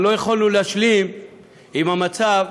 אבל לא יכולנו להשלים עם המצב